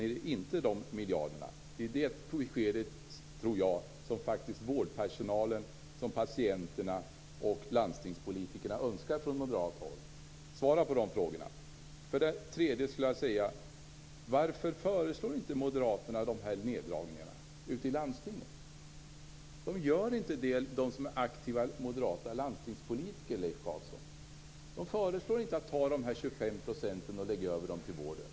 Jag tror att det är det beskedet vårdpersonalen, patienterna och landstingspolitikerna önskar från moderat håll. Svara på de frågorna! Varför föreslår inte moderaterna neddragningar ute i landstingen? De aktiva moderata landstingspolitikerna gör inte det, Leif Carlson. De föreslår inte att man skall lägga över de 25 procenten till vården.